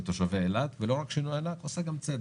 לתושבי אילת, ולא רק שינוי ענק, עושה גם צדק.